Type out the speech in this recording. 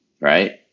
right